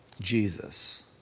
Jesus